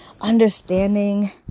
understanding